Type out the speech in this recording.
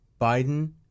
Biden